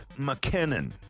McKinnon